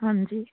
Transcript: ਹਾਂਜੀ